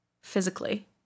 Physically